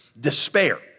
despair